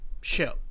show